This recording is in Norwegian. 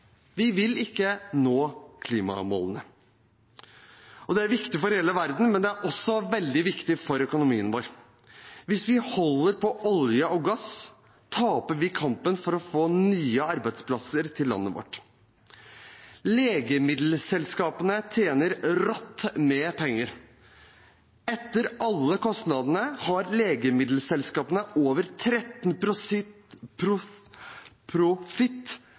Vi vil ikke nå klimamålene. Dette er viktig for hele verden, men det er også veldig viktig for økonomien vår. Hvis vi holder på olje- og gassproduksjonen, taper vi kampen for å få nye arbeidsplasser til landet vårt. Legemiddelselskapene tjener rått med penger. Etter alle kostnader har legemiddelselskapene over 13 pst. i profitt